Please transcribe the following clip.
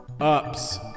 ups